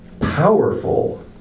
powerful